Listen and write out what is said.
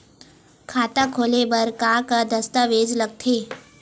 खाता खोले बर का का दस्तावेज लगथे?